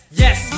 yes